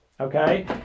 okay